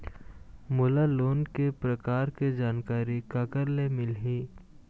मोला लोन के प्रकार के जानकारी काकर ले मिल ही?